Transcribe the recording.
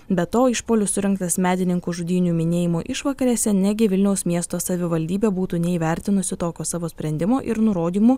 be to išpuolis surengtas medininkų žudynių minėjimo išvakarėse negi vilniaus miesto savivaldybė būtų neįvertinusi tokio savo sprendimo ir nurodymų